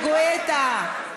גואטה.